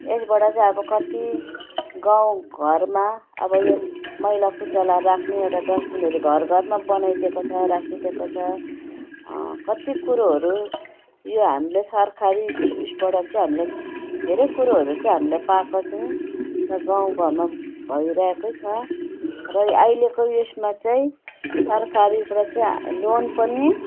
यसबाट चाहिँ अब कति गाउँ घरमा अब यो मैला कुचेला राख्ने एउडा डस्टबिनहरू घरघरमा बनाइदिएको छ राखिदिएको छ कत्ति कुरोहरू यो हामीले सरकारी उयसबाट चाहिँ हामीले धेरै कुरोहरू चाहिँ हामीले पाएको छौँ र गाउँ घरमा भइरहेकै छ र अहिलेको यसमा चाहिँ सरकारीबाट चाहिँ लोन पनि